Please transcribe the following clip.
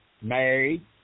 married